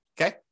Okay